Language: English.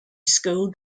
school